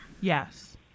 Yes